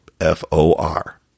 F-O-R